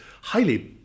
highly